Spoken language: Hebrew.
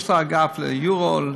יש לו אגף ליורו,